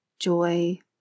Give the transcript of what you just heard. joy